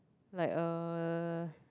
like a